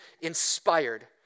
inspired